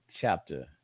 chapter